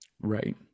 Right